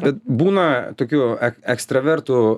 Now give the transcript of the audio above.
bet būna tokių ekstravertų